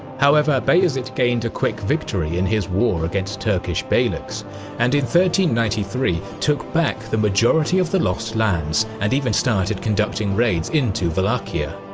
however, bayezid gained a quick victory in his war against turkish beyliks and in ninety three, took back the majority of the lost lands and even started conducting raids into wallachia.